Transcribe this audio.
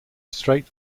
straight